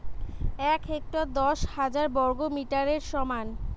এক হেক্টর দশ হাজার বর্গমিটারের সমান